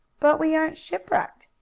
but we aren't shipwrecked,